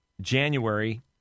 January